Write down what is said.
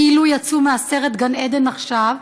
כאילו יצאו מהסרט "גן-עדן עכשיו"